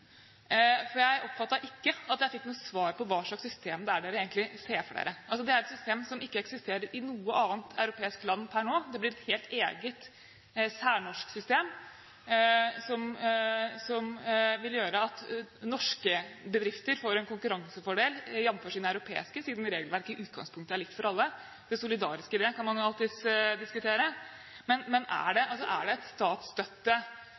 karbonlekkasje. Jeg oppfattet ikke at jeg fikk noe svar på hva slags system de egentlig ser for seg. Det er et system som ikke eksisterer i noe annet europeisk land per nå, det blir et helt eget særnorsk system, som vil gjøre at norske bedrifter får en konkurransefordel jamfør de europeiske, siden regelverket i utgangspunket er likt for alle. Det solidariske i det kan man jo alltids diskutere. Men er